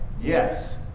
Yes